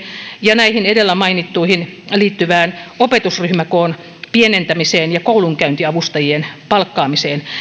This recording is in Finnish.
ja näihin edellä mainittuihin liittyvään opetusryhmäkoon pienentämiseen ja koulunkäyntiavustajien palkkaamiseen